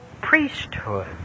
priesthood